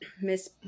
Miss